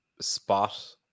spot